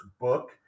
book